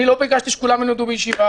אני לא ביקשתי שכולם ילמדו בישיבה,